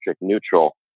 neutral